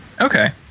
Okay